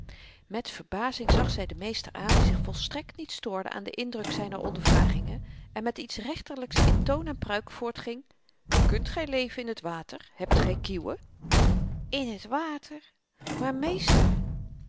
met verbazing zag zy den meester aan die zich volstrekt niet stoorde aan den indruk zyner ondervragingen en met iets rechterlyks in toon en pruik voortging kunt gy leven in t water hebt gy kieuwen in t water maar meester